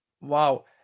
wow